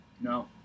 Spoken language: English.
No